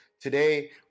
today